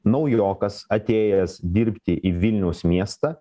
naujokas atėjęs dirbti į vilniaus miestą